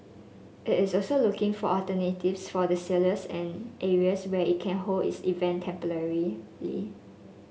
it is also looking for alternatives for its sailors and areas where it can hold its event temporarily